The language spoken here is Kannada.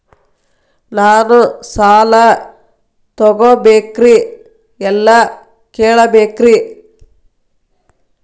ನಾನು ಸಾಲ ತೊಗೋಬೇಕ್ರಿ ಎಲ್ಲ ಕೇಳಬೇಕ್ರಿ?